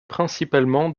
principalement